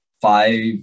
five